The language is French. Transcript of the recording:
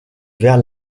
vers